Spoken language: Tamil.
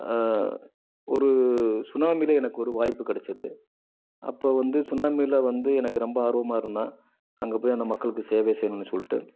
ஒரு சுனாமியில் எனக்கு ஒரு வாய்ப்பு கிடச்சது அப்போது வந்து சுனாமியில் வந்து எனக்கு ரொம்ப ஆர்வமாக இருந்தேன் அங்கே போய் அந்த மக்களுக்கு சேவை செய்யணும்னு சொல்லிட்டு